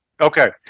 Okay